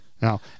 Now